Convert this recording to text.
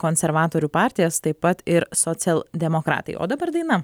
konservatorių partijas taip pat ir socialdemokratai o dabar daina